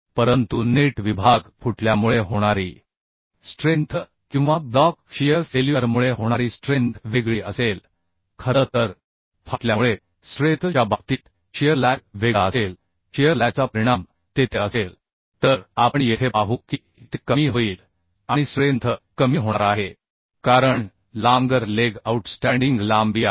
परंतु नेट विभाग फुटल्यामुळे होणारी स्ट्रेंथ किंवा ब्लॉक शियर फेल्युअरमुळे होणारी स्ट्रेंथ वेगळी असेल खरं तरफाटल्यामुळे स्ट्रेंथ च्या बाबतीत शिअर लॅग वेगळा असेल शिअर लॅगचा परिणाम तेथे असेल तर आपण येथे पाहू की ते कमी होईल आणि स्ट्रेंथ कमी होणार आहे कारण लाँगर लेग आऊटस्टँडिंग लांबी आहे